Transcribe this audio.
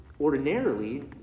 ordinarily